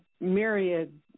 myriad